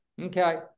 okay